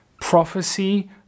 prophecy